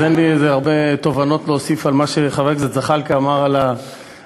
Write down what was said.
אז אין לי הרבה תובנות להוסיף על מה שחבר הכנסת זחאלקה אמר על הנושא.